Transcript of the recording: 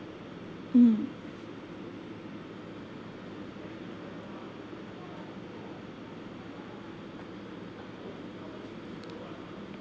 mm